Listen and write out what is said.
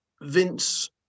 Vince